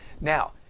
Now